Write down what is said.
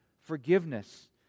forgiveness